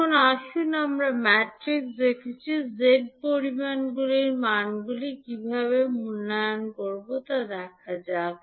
এখন আসুন আমরা ম্যাট্রিক্সে দেখেছি z পরিমাণগুলির মানগুলি কীভাবে মূল্যায়ন করব তা দেখা যাক